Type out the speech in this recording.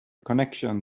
connection